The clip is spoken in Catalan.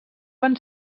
van